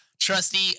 Trusty